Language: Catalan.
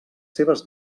seves